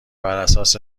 براساس